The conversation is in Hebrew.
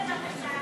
ההצבעה